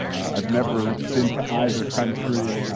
i've never been to either country.